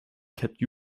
kept